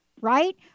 right